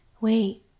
wait